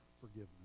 forgiveness